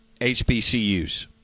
HBCUs